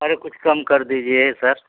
अरे कुछ कम कर दीजिए सर